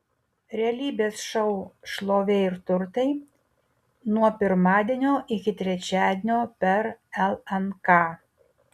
realybės šou šlovė ir turtai nuo pirmadienio iki trečiadienio per lnk